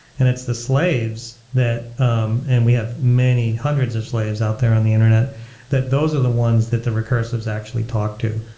and it's the slaves that um and we have many hundreds of slaves out there on the internet that those are the ones that the recursives actually talk to.